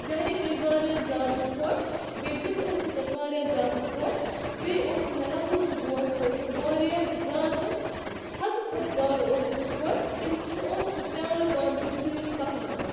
گَرِکۍ گٔیہِ واریاہ زیادٕ خۄش بیٚیہِ بہٕ تہِ ٲسٕس پَتہٕ واریاہ زیادٕ خۄش بیٚیہِ اوس مےٚ لۄکُٹ ہیٚو بوے سُہ اوس واریاہ زیادٕ حدٕ کھۄتہٕ زیادٕ اوس سُہ خۄش تِم سُہ اوس سُہ پیالہٕ پانہٕ سےٕ سۭتۍ پَکناوان